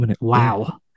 Wow